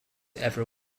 ever